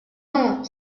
non